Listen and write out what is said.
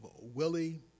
Willie